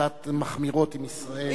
מחמירות עם ישראל.